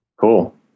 cool